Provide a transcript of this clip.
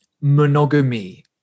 monogamy